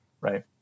right